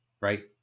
right